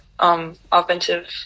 Offensive